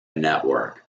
network